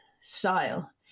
style